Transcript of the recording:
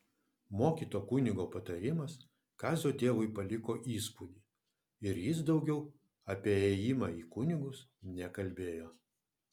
mokyto kunigo patarimas kazio tėvui paliko įspūdį ir jis daugiau apie ėjimą į kunigus nekalbėjo